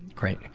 great.